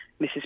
Mrs